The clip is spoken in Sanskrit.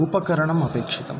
उपकरणम् अपेक्षितं